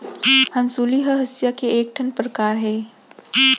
हँसुली ह हँसिया के एक ठन परकार अय